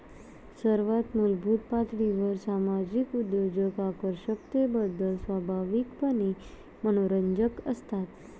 सर्वात मूलभूत पातळीवर सामाजिक उद्योजक आकर्षकतेबद्दल स्वाभाविकपणे मनोरंजक असतात